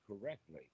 correctly